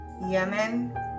Yemen